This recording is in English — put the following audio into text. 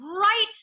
right